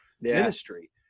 ministry